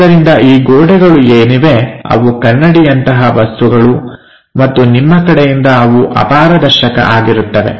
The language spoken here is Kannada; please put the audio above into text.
ಆದ್ದರಿಂದ ಈ ಗೋಡೆಗಳು ಏನಿವೆ ಅವು ಕನ್ನಡಿಯಂತಹ ವಸ್ತುಗಳು ಮತ್ತು ನಿಮ್ಮ ಕಡೆಯಿಂದ ಅವು ಅಪಾರದರ್ಶಕ ಆಗಿರುತ್ತವೆ